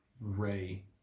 Ray